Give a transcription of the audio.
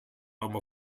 aber